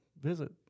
visit